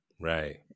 right